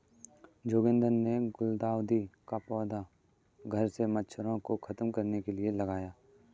जोगिंदर ने गुलदाउदी का पौधा घर से मच्छरों को खत्म करने के लिए लगाया